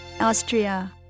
Austria